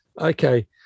Okay